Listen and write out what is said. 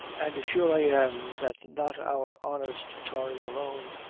and sure i am that not our honest tars alone,